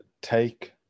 take